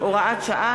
תועבר לוועדת החינוך,